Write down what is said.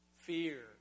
fear